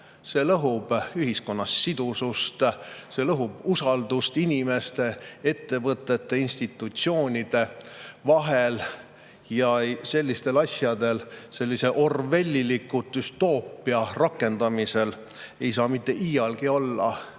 see lõhub ühiskonna sidusust, see lõhub usaldust inimeste, ettevõtete ja institutsioonide vahel. Ja sellistel asjadel, sellise orwelliliku düstoopia rakendamisel ei saa mitte iialgi olla